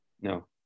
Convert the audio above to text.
No